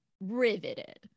riveted